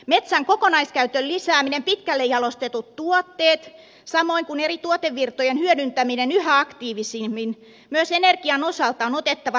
metsän kokonaiskäytön lisääminen pitkälle jalostetut tuotteet samoin kuin eri tuotevirtojen hyödyntäminen yhä aktiivisemmin myös energian osalta on otettava tulevaisuustehtäväksi kiireellisyysmerkinnällä